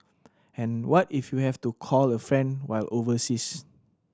and what if you have to call a friend while overseas